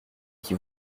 qui